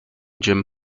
gym